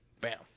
Bam